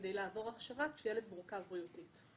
כדי לעבור הכשרה כשילד במצב בריאותי.